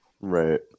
right